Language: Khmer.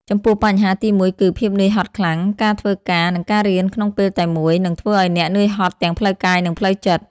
ចំពោះបញ្ហាទីមួយគឺ ភាពនឿយហត់ខ្លាំង ការធ្វើការ និងការរៀនក្នុងពេលតែមួយ នឹងធ្វើឱ្យអ្នកនឿយហត់ទាំងផ្លូវកាយ និងផ្លូវចិត្ត។